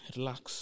Relax